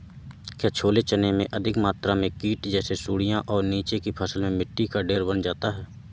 क्या छोले चने में अधिक मात्रा में कीट जैसी सुड़ियां और नीचे की फसल में मिट्टी का ढेर बन जाता है?